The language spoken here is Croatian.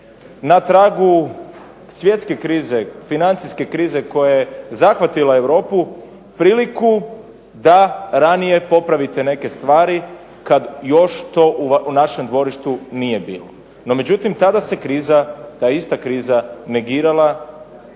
na tragu svjetske krize financijske krize koja je zahvatila Europu priliku da ranije popravite neke stvari kad još to u našem dvorištu nije bilo. No međutim, tada se kriza, ta ista kriza, negirala,